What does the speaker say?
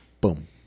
Boom